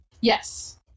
yes